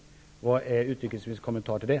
Vad är utrikesministerns kommentar till det?